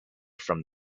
from